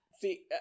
See